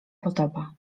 podoba